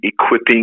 equipping